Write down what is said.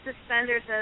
suspenders